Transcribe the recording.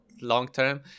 long-term